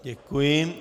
Děkuji.